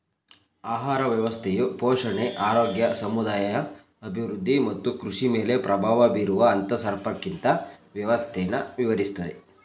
ಆಹಾರ ವ್ಯವಸ್ಥೆಯು ಪೋಷಣೆ ಆರೋಗ್ಯ ಸಮುದಾಯ ಅಭಿವೃದ್ಧಿ ಮತ್ತು ಕೃಷಿಮೇಲೆ ಪ್ರಭಾವ ಬೀರುವ ಅಂತರ್ಸಂಪರ್ಕಿತ ವ್ಯವಸ್ಥೆನ ವಿವರಿಸ್ತದೆ